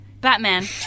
Batman